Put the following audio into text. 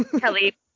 Kelly